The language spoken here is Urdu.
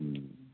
ہوں